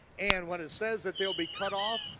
and when it says that they'll be cut off,